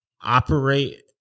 operate